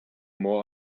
more